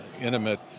intimate